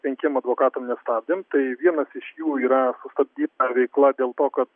penkiem advokatam nestabdėm tai vienas iš jų yra sustabdyta veikla dėl to kad